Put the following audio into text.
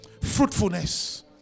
fruitfulness